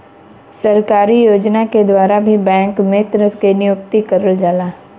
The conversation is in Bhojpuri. सरकारी योजना के द्वारा भी बैंक मित्र के नियुक्ति करल जाला